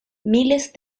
miles